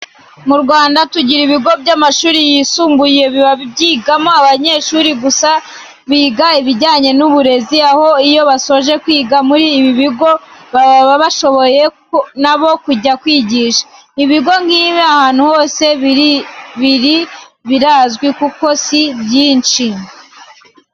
Mu Rwanda tugira ibigo by'amashuri yisumbuye biba byigamo abanyeshuri gusa biga ibijyanye n'uburezi, aho iyo basoje kwiga muri ibi bigo baba bashobora na bo kujya kwigisha. Ibigo nk'ibi ahantu hose biri birazwi kuko si byinshi.